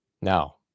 now